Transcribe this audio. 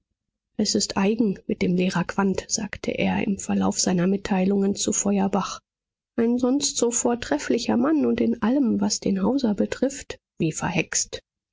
es ist eigen mit dem lehrer quandt sagte er im verlauf seiner mitteilungen zu feuerbach ein sonst so vortrefflicher mann und in allem was den hauser betrifft wie verhext